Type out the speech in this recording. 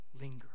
linger